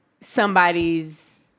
somebody's